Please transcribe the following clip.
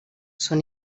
són